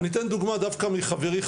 - אני אתן דוגמה דווקא מחברי,